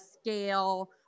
scale